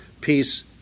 Peace